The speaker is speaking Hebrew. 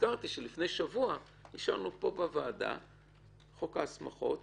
נזכרתי שלפני שבוע אישרנו פה בוועדה את חוק ההסמכות,